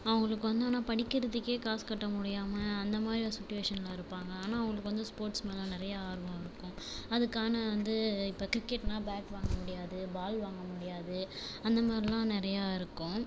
அவங்களுக்கு வந்து ஆனால் படிக்கிறதுக்கே காசு கட்ட முடியாமல் அந்தமாதிரி ஒரு சுச்சிவேஷனில் இருப்பாங்க ஆனால் அவங்களுக்கு வந்து ஸ்போர்ட்ஸ் மேலே நிறைய ஆர்வம் இருக்கும் அதுக்கான வந்து இப்போ கிரிக்கெட்னா பேட் வாங்க முடியாது பால் வாங்க முடியாது அந்த மாதிரிலாம் நிறையா இருக்கும்